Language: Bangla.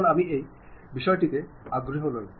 এখন আমি এই বিষয়টিতে আগ্রহী নই